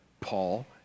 Paul